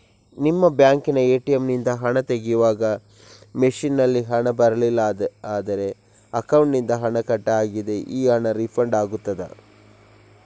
ನಿಮ್ಮ ಬ್ಯಾಂಕಿನ ಎ.ಟಿ.ಎಂ ನಿಂದ ಹಣ ತೆಗೆಯುವಾಗ ಮಷೀನ್ ನಲ್ಲಿ ಹಣ ಬರಲಿಲ್ಲ ಆದರೆ ಅಕೌಂಟಿನಿಂದ ಹಣ ಕಟ್ ಆಗಿದೆ ಆ ಹಣ ರೀಫಂಡ್ ಆಗುತ್ತದಾ?